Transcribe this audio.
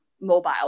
mobile